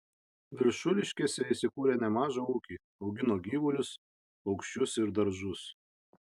viršuliškėse jis įkūrė nemažą ūkį augino gyvulius paukščius ir daržus